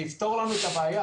זה יפתור לנו את הבעיה